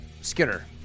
Skinner